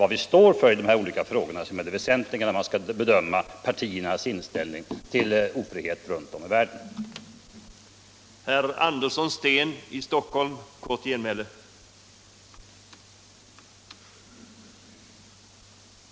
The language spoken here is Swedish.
Det är hur partierna ställer sig till ofrihet i världen som är det väsentliga.